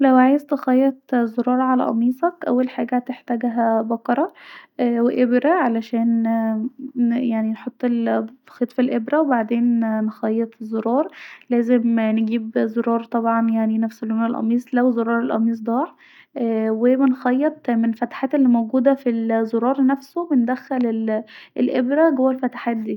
لو عاوز تخيط زرار علي قميصك اول حاجه هتحتاجها ااا بقره و ابره عشان اامم نحط الخيط في الابره وبعدين نخيط زرار لازم زرار طبعا نفس لون القميص لو زرار القميص ضاع و بنخيط من الفتحات الموجودة علي القميص بندخل الابره جوه الفتحات ديه